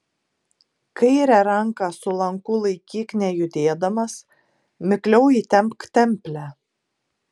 kairę ranką su lanku laikyk nejudėdamas mikliau įtempk templę